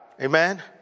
Amen